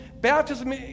baptism